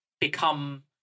become